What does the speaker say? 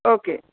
okay